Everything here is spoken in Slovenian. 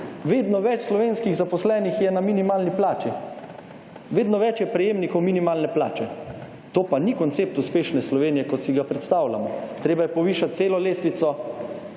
vedno več slovenskih zaposlenih je na minimalni plači. Vedno več je prejemnikov minimalne plače, to pa ni koncept uspešne Slovenije, kot si ga predstavljamo. Treba je povišati celo lestvico